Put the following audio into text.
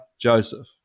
Joseph